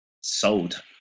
sold